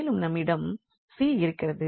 மேலும் நம்மிடம் c இருக்கிறது